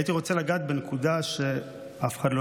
הייתי רוצה לגעת בנקודה שאף אחד לא